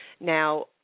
Now